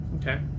Okay